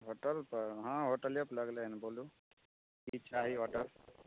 होटलपर हँ होटलेपर लगलै हन बोलू की चाही ऑर्डर